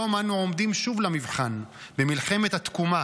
היום אנו עומדים שוב למבחן במלחמת התקומה,